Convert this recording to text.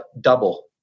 double